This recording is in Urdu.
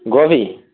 گوبھی